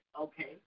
Okay